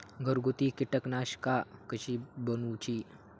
घरगुती कीटकनाशका कशी बनवूची?